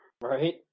Right